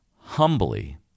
humbly